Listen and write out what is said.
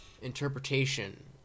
interpretation